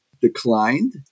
declined